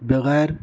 بغیر